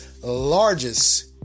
largest